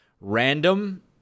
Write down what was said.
random